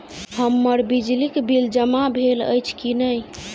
हम्मर बिजली कऽ बिल जमा भेल अछि की नहि?